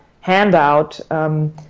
handout